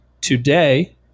today